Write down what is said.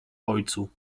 ojcu